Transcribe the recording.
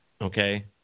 okay